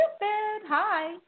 Hi